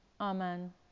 amen